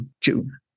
June